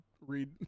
read